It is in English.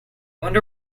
wonder